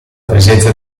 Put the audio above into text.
presenza